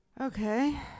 okay